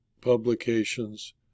publications